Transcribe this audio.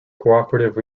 cooperative